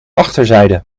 achterzijde